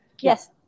Yes